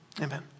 Amen